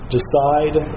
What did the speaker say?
Decide